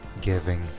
Giving